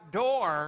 door